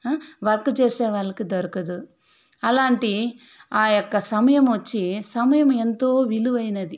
work చేసే వాళ్లకు దొరకదు అలాంటి ఆ యొక్క సమయము వచ్చి సమయము ఎంతో విలువైనది